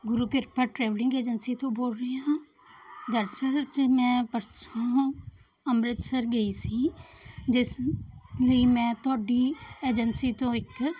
ਗੁਰੂ Kirpa travelling agency ਤੋਂ ਬੋਲ ਰਹੇ ਹਾਂ ਦਰਅਸਲ 'ਚ ਮੈਂ ਪਰਸੋਂ ਅੰਮ੍ਰਿਤਸਰ ਗਈ ਸੀ ਜਿਸ ਲਈ ਮੈਂ ਤੁਹਾਡੀ ਏਜੰਸੀ ਤੋਂ ਇੱਕ